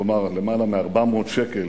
כלומר למעלה מ-400 שקל.